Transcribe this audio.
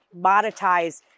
monetize